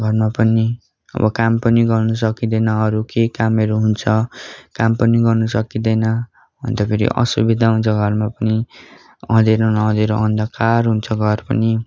घरमा पनि अब काम पनि गर्नु सकिँदैन अरू केही कामहरू हुन्छ काम पनि गर्नु सकिँदैन अन्त फेरि असुविधा हुन्छ घरमा पनि अँध्यारो न अँध्यारो अन्धकार हुन्छ घर पनि